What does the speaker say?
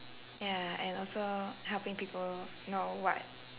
ya and also helping people know what